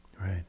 Right